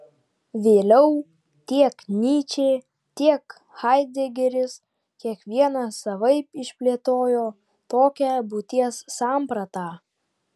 vėliau tiek nyčė tiek haidegeris kiekvienas savaip išplėtojo tokią būties sampratą